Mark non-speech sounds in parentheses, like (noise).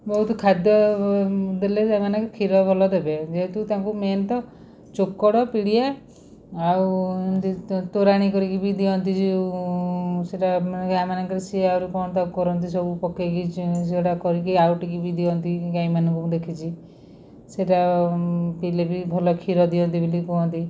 ବହୁତ ଖାଦ୍ୟ ଦେଲେ ସେମାନେ କ୍ଷୀର ଭଲ ଦେବେ ଯେହେତୁ ତାଙ୍କୁ ମେନ୍ ତ ଚୋକଡ଼ ପିଡ଼ିଆ ଆଉ (unintelligible) ତୋରାଣି କରିକି ବି ଦିଅନ୍ତି (unintelligible) ସେଇଟା ଗାଁ ମାନଙ୍କରେ ସିଏ ଆହୁରି କ'ଣ ତାକୁ କରନ୍ତି ସବୁ ପକାଇକି ସେଗୁଡ଼ା କରିକି ଆଉଟି କି ବି ଦିଅନ୍ତି ଗାଈ ମାନଙ୍କୁ ମୁଁ ଦେଖିଛି ସେଇଟା ପିଇଲେ ବି ଭଲ କ୍ଷୀର ଦିଅନ୍ତି ବୋଲି କୁହନ୍ତି